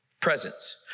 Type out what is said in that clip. presence